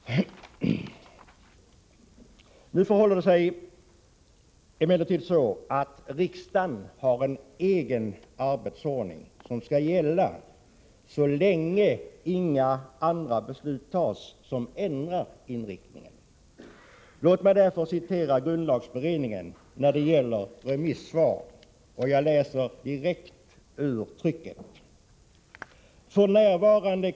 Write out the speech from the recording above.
Nu förhåller det sig emellertid så, att riksdagen har en egen arbetsordning som skall gälla så länge det inte fattas några beslut som ändrar inriktningen. Låt mig citera vad grundlagberedningen skrev då det gäller remissvar. Jag läser direkt ur trycket: ”F. nn.